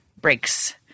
breaks